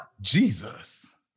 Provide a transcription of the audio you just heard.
Jesus